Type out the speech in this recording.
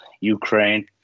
Ukraine